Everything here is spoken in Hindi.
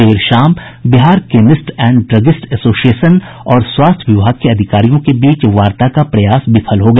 देर शाम Bihar chemist and druggist association और स्वास्थ्य विभाग के अधिकारियों के बीच वार्ता का प्रयास विफल हो गया